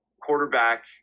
quarterback